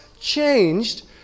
changed